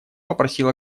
попросил